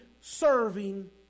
serving